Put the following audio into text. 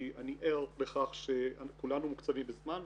כי אני ער לכך שכולנו קצרים בזמן.